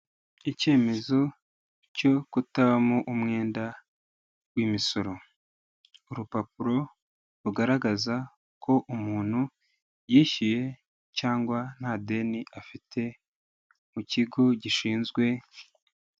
Icyemezo cyo kutabamo umwenda w'imisoro. Urupapuro rugaragaza ko umuntu yishyuye cyangwa nta deni afite mu kigo gishinzwe...